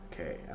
Okay